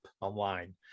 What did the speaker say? online